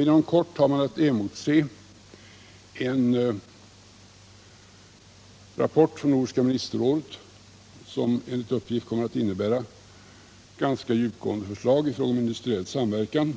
Inom kort har man att emotse en rapport från Nordiska ministerrådet, som enligt uppgift kommer att innebära ganska djupgående förslag om industriell samverkan